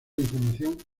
información